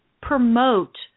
promote